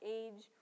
age